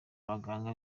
abaganga